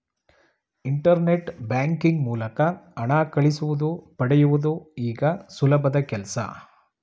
internet banking ಮೂಲಕ ಹಣ ಕಳಿಸುವುದು ಪಡೆಯುವುದು ಈಗ ಸುಲಭದ ಕೆಲ್ಸ